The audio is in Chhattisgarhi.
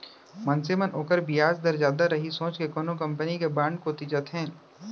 मनसे मन ओकर बियाज दर जादा रही सोच के कोनो कंपनी के बांड कोती जाथें